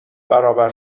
برابر